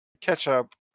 ketchup